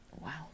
wow